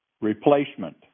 Replacement